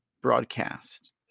broadcast